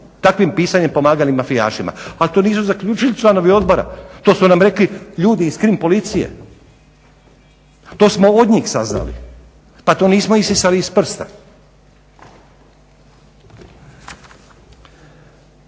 takvim pisanjem pomagali mafijašima. Ali to nisu zaključili članovi Odbora, to su nam rekli ljudi iz Krim policije. To smo od njih saznali. Pa to nismo isisali iz prsta.